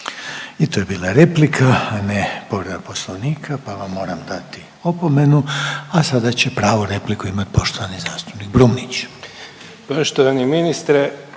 I to je bila replika, a ne povreda poslovnika, pa vam moram dati opomenu, a sada će pravu repliku imat poštovani zastupnik Brumnić.